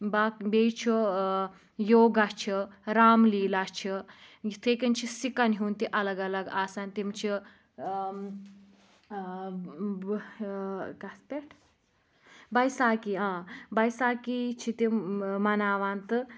باقے بیٚیہِ چھُ یوگا چھُ رام لیٖلا چھِ یِتھَے کٔنۍ چھِ سِکَن ہُنٛد تہِ الَگ الگ آسان تِم چھِ کَتھ پٮٹھ بَایساکِھی آ بَایسکھھی چھِ تِم مناوان تہٕ